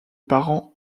parents